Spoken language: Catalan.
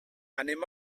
anem